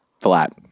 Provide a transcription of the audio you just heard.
Flat